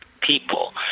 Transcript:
people